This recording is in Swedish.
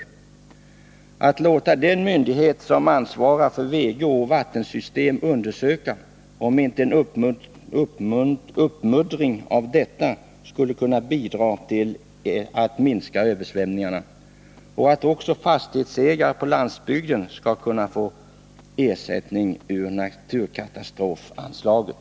Vidare vill jag fråga om jordbruksministern är beredd att medverka till att den myndighet som ansvarar för Vegeå vattensystem får undersöka om inte en uppmuddring av detta skulle kunna bidra till att minska översvämningsrisken samt att också fastighetsägare ute på landsbygden skall kunna få ersättning från naturkatastrofanslaget.